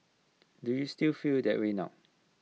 do you still feel that way now